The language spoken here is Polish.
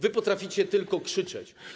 Wy potraficie tylko krzyczeć.